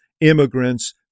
immigrants